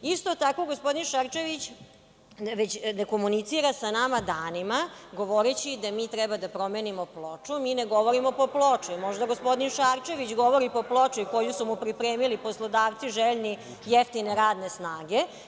Isto tako, gospodin Šarčević neće da komunicira sa nama danima, govoreći da mi treba da promenimo ploču, mi ne govorimo pod pločom, možda gospodin Šarčević govori pod pločom koju su mu pripremili poslodavci željni jeftine radne snage.